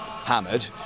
hammered